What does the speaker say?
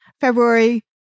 February